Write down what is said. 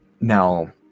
now